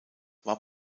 war